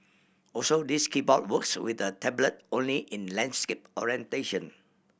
also this keyboard works with the tablet only in landscape orientation